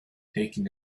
taking